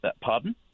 pardon